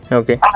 okay